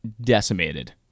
decimated